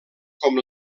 com